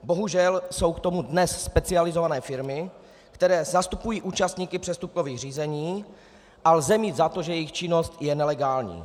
Bohužel jsou k tomu dnes specializované firmy, které zastupují účastníky přestupkových řízení, a lze mít za to, že jejich činnost je nelegální.